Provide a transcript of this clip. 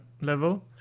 level